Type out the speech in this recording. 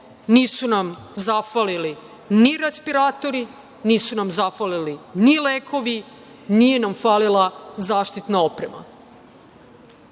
Nisu nam zafalili ni respiratori, nisu nam zafalili ni lekovi, nije nam falila zaštitna oprema.